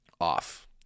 off